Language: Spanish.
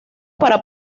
para